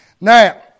Now